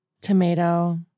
tomato